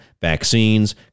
vaccines